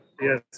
Yes